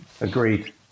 Agreed